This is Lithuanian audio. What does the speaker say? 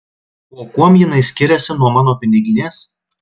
o kuom jinai skiriasi nuo mano piniginės